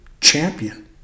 champion